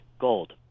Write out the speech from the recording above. Gold